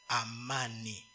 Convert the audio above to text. amani